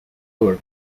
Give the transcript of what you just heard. tour